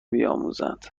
بیاموزند